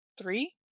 three